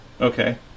Okay